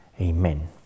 Amen